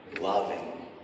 loving